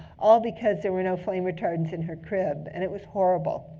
all because there were no flame retardants in her crib. and it was horrible.